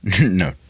No